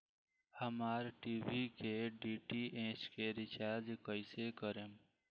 हमार टी.वी के डी.टी.एच के रीचार्ज कईसे करेम?